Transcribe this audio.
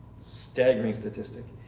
staggering statistic,